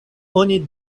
oni